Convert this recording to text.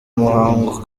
muhango